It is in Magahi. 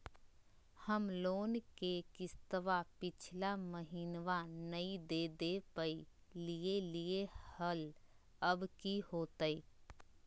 हम लोन के किस्तवा पिछला महिनवा नई दे दे पई लिए लिए हल, अब की होतई?